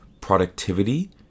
Productivity